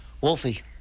Wolfie